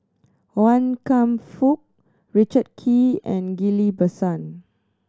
Wan Kam Fook Richard Kee and Ghillie Basan